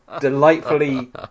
delightfully